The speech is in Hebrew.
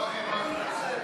המחנה הציוני לסעיף